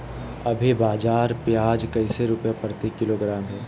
अभी बाजार प्याज कैसे रुपए प्रति किलोग्राम है?